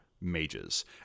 mages